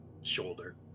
shoulder